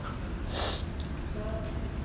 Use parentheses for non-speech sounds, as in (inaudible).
(breath)